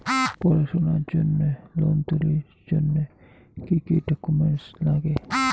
পড়াশুনার জন্যে লোন তুলির জন্যে কি কি ডকুমেন্টস নাগে?